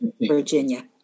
Virginia